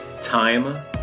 time